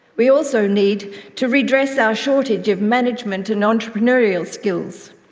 we also need to redress our shortage of management and entrepreneurial skills.